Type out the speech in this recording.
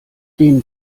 den